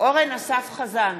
אורן אסף חזן,